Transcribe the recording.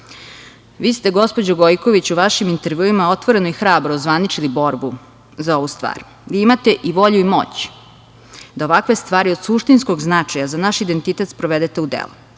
ste, gospođo Gojković, u vašim intervjuima otvoreno i hrabro ozvaničili borbu za ovu stvar. Vi imate i volju i moć da ovakve stvari od suštinskog značaja za naš identitet sprovedete u delo.